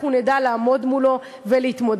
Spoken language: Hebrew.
אנחנו נדע לעמוד מולו ולהתמודד.